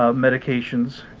ah medications